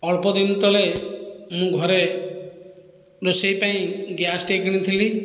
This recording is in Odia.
ଅଳ୍ପଦିନ ତଳେ ମୁଁ ଘରେ ରୋଷେଇ ପାଇଁ ଗ୍ୟାସ୍ଟିଏ କିଣିଥିଲି